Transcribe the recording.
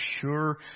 sure